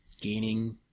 gaining